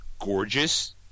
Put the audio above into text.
gorgeous